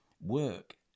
work